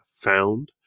found